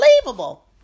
unbelievable